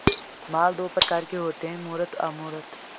माल दो प्रकार के होते है मूर्त अमूर्त